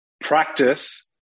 practice